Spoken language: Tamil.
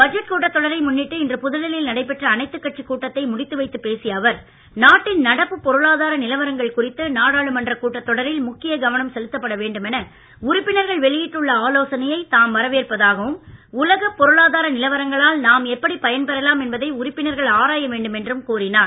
பட்ஜெட் கூட்டத்தொடரை முன்னிட்டு இன்று புதுடில்லி யில் நடைபெற்ற அனைத்துக் கட்சிக் கூட்டத்தை முடித்து வைத்துப் பேசிய அவர் நாட்டின் நடப்பு பொருளாதார நிலவரங்கள் குறித்து நாடாளுமன்றக் கூட்டத்தொடரில் முக்கிய கவனம் செலுத்தப்பட வேண்டுமென உறுப்பினர்கள் வெளியிட்டுள்ள ஆலோசனையை தாம் வரவேற்பதாகவும் உலகப் பொருளாதார நிலவரங்களால் நாம் எப்படி பயன்பெறலாம் என்பதை உறுப்பினர்கள் ஆராய வேண்டும் என்ற கூறினார்